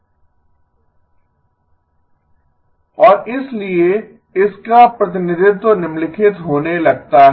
If n even If n odd और इसलिए इस का प्रतिनिधित्व निम्नलिखित होने लगता है